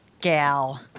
gal